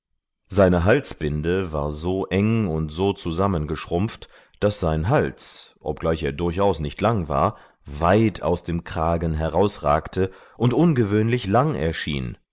seine halsbinde war so eng und so zusammengeschrumpft daß sein hals obgleich er durchaus nicht lang war weit aus dem kragen herausragte und ungewöhnlich lang erschien